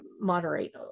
moderate